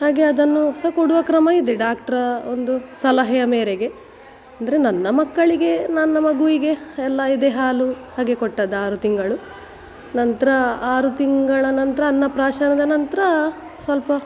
ಹಾಗೆ ಅದನ್ನು ಸಹ ಕೊಡುವ ಕ್ರಮ ಇದೆ ಡಾಕ್ಟ್ರ ಒಂದು ಸಲಹೆಯ ಮೇರೆಗೆ ಅಂದರೆ ನನ್ನ ಮಕ್ಕಳಿಗೆ ನನ್ನ ಮಗುವಿಗೆ ಎಲ್ಲ ಎದೆ ಹಾಲು ಹಾಗೆ ಕೊಟ್ಟದ್ದು ಆರು ತಿಂಗಳು ನಂತರ ಆರು ತಿಂಗಳ ನಂತರ ಅನ್ನಪ್ರಾಶನದ ನಂತರ ಸ್ವಲ್ಪ